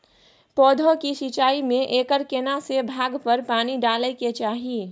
पौधों की सिंचाई में एकर केना से भाग पर पानी डालय के चाही?